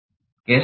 कैसे